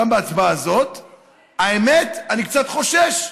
גם בהצבעה הזאת, האמת, אני קצת חושש,